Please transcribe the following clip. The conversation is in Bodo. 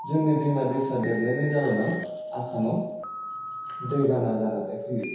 जोंनि दैमा दैसा देरनायनि जाउनाव आसामाव दै बाना जानानै फैयो